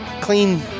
Clean